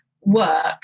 work